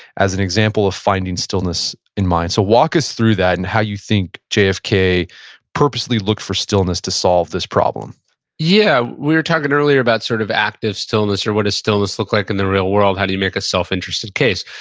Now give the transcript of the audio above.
as an example of finding stillness in mind. so, walk us through that, and how you think jfk purposely looked for stillness to solve this problem yeah, we were talking earlier about sort of active stillness, or what does stillness look like in the real world? how do you make a self-interested case?